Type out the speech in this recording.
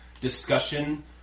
discussion